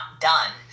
done